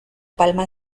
palma